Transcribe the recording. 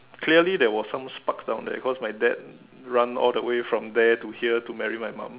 clearly there were some spark down there cause my dad run all the way from there to here to marry my mom